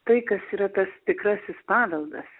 tai kas yra tas tikrasis paveldas